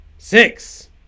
six